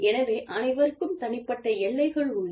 எனவே அனைவருக்கும் தனிப்பட்ட எல்லைகள் உள்ளன